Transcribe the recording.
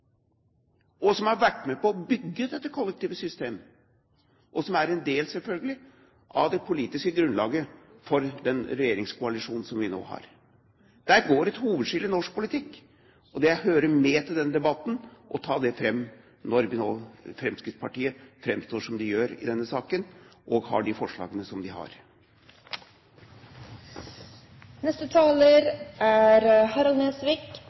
og som har vært med på å bygge dette kollektive system, og som selvfølgelig er en del av det politiske grunnlaget for den regjeringskoalisjonen som vi nå har. Der går et hovedskille i norsk politikk, og det hører med til denne debatten å ta det fram når Fremskrittspartiet nå framstår som de gjør i denne saken, og har de forslagene som de